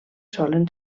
solen